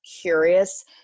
curious